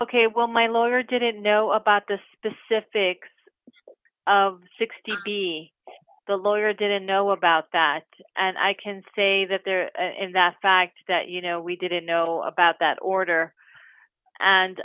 ok well my lawyer didn't know about the specifics of sixty the lawyer didn't know about that and i can say that there in that fact that you know we didn't know about that order and